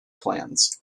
plans